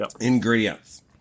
Ingredients